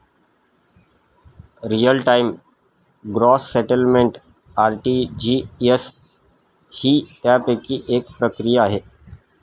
real time gross settlement RTGS ही त्यापैकी एक प्रक्रिया आहे